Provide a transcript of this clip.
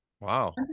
Wow